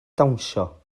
dawnsio